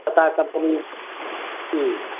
Tata company ꯎꯝ